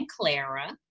Clara